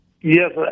yes